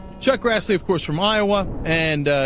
chuck grassley of course remind one and ah.